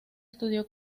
estudió